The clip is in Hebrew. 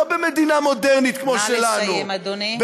לא במדינה מודרנית כמו שלנו.